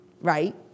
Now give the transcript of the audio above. right